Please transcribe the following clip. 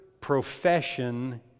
profession